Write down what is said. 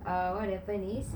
err what happened is